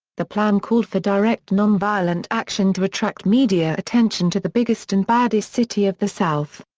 the plan called for direct nonviolent action to attract media attention to the biggest and baddest city of the south.